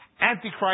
Antichrist